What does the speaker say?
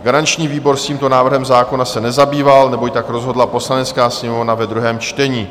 Garanční výbor tímto návrhem zákona se nezabýval, neboť tak rozhodla Poslanecká sněmovna ve druhém čtení.